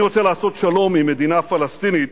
אני רוצה לעשות שלום עם מדינה פלסטינית